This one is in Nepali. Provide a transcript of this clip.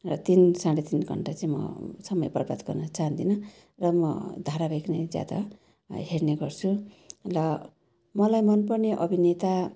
र तिन साँढे तिन घन्टा चाहिँ म समय बर्बाद गर्न चाहदिनँ र म धारावाहिक नै ज्यादा हेर्ने गर्छु र मलाई मनपर्ने अभिनेता